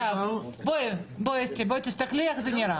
בואי אסתי, תסתכלי איך זה נראה.